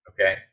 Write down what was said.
Okay